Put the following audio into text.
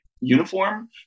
uniform